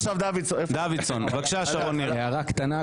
הערה קטנה,